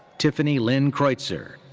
tiffani lynn creutzer.